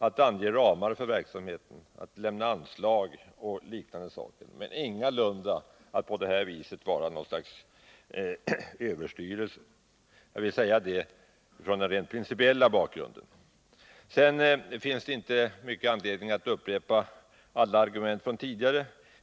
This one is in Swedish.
Vi skall ge ramar för verksamheten, ge anslag osv., men ingalunda på det här viset vara någon sorts överstyrelse. Jag vill säga det från en rent principiell utgångspunkt. Det finns inte stor anledning att upprepa alla argument från tidigare debatter.